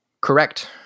Correct